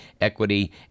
equity